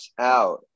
out